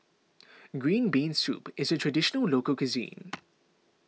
Green Bean Soup is a Traditional Local Cuisine